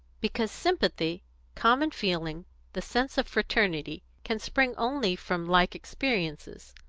because sympathy common feeling the sense of fraternity can spring only from like experiences,